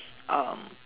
um